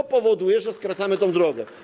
To powoduje, że skracamy tę drogę.